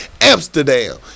Amsterdam